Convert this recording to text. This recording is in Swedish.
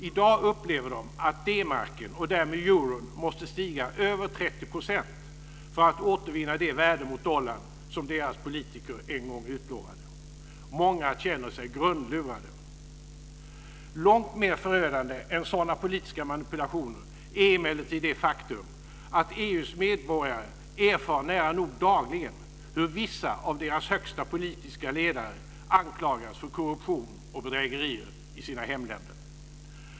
I dag upplever de att D-marken och därmed euron måste stiga över 30 % för att återvinna det värde gentemot dollarn som deras politiker en gång utlovade. Många känner sig grundlurade. Långt mer förödande än sådana politiska manipulationer är emellertid det faktum att EU:s medborgare nära nog dagligen erfar hur vissa av deras hösta politiska ledare anklagas för korruption och bedrägerier i sina hemländer.